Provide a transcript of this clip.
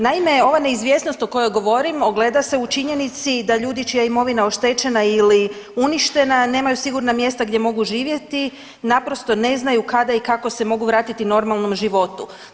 Naime, ova neizvjesnost o kojoj govorim, ogleda se u činjenici da ljudi čija je imovina oštećena ili uništena nemaju sigurna mjesta gdje mogu živjeti, naprosto ne znaju kada i kako se mogu vratiti normalnom životu.